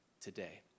today